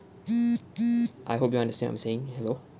I hope you understand I'm saying hello